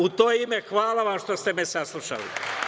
U to ime, hvala vam što ste me saslušali.